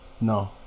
No